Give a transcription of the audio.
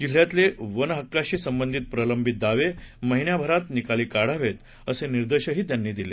जिल्ह्यातले वनहक्काशी संबंधित प्रलंबित दावे महिनाभरात निकाली काढावेत असे निर्देशही त्यांनी दिले